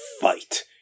fight